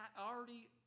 already